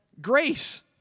Grace